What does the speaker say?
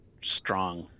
strong